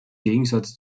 gegensatz